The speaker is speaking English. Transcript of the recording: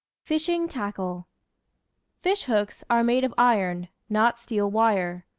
fishing-tackle fish-hooks are made of iron, not steel, wire.